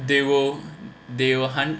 they will they will